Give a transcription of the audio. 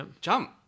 Jump